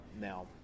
Now –